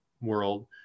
world